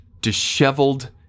disheveled